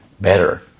better